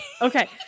okay